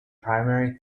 primary